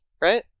right